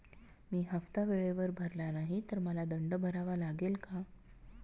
मी हफ्ता वेळेवर भरला नाही तर मला दंड भरावा लागेल का?